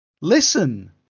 listen